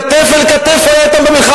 כתף אל כתף הוא היה אתם במלחמה,